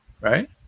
right